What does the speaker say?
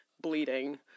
bleeding